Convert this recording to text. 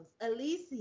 Alicia